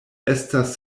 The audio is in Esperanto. estas